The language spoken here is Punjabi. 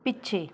ਪਿੱਛੇ